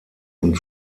und